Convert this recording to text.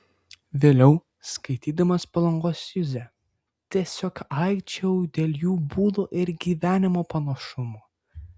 vėliau skaitydamas palangos juzę tiesiog aikčiojau dėl jų būdo ir gyvenimo panašumo